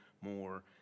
more